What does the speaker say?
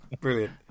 Brilliant